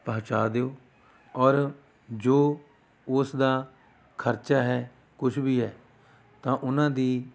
ਪਹੁੰਚਾ ਦਿਉ ਔਰ ਜੋ ਉਸ ਦਾ ਖਰਚਾ ਹੈ ਕੁਛ ਵੀ ਹੈ ਤਾਂ ਉਹਨਾਂ ਦੀ